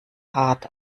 hart